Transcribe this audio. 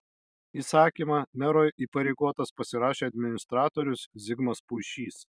įsakymą mero įpareigotas pasirašė administratorius zigmas puišys